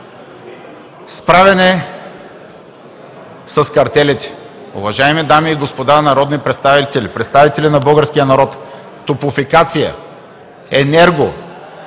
Справяне с картелите. Уважаеми дами и господа народни представители, представители на българския народ, Топлофикация, Енерго,